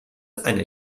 eine